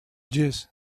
yes